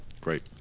Great